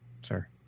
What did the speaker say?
sir